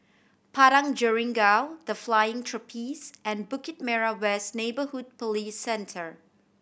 Padang Jeringau The Flying Trapeze and Bukit Merah West Neighbourhood Police Centre